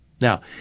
Now